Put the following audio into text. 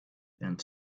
and